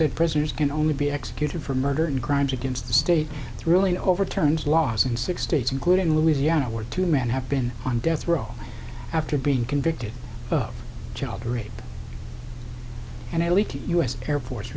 said prisoners can only be executed for murder and crimes against the state really overturns laws in six states including louisiana where two men have been on death row after being convicted of child rape and i believe the u s air force